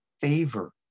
favor